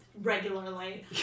Regularly